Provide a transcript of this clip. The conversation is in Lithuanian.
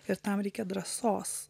ir tam reikia drąsos